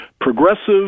Progressive